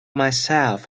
myself